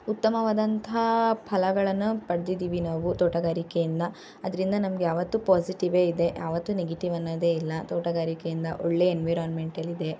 ಉತ್ತಮವಾದಂತಹ ಫಲಗಳನ್ನು ಪಡ್ದಿದೀವಿ ನಾವು ತೋಟಗಾರಿಕೆಯಿಂದ ಅದರಿಂದ ನಮ್ಗೆ ಯಾವತ್ತೂ ಪಾಸಿಟಿವೇ ಇದೆ ಯಾವತ್ತೂ ನೆಗೆಟಿವ್ ಅನ್ನೋದೇ ಇಲ್ಲ ತೋಟಗಾರಿಕೆಯಿಂದ ಒಳ್ಳೆಯ ಎನ್ವಿರಾನ್ಮೆಂಟಲಿದೆ